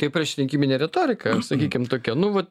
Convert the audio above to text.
tai priešrinkiminė retorika sakykim tokia nu va